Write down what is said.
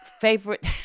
favorite